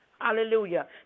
hallelujah